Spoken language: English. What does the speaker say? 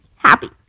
happy